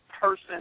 person